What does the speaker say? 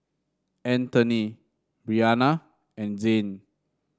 Antony Bryana and Zane